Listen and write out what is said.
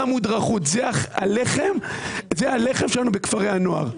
זה הלחם שלנו בכפרי הנוער.